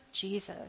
Jesus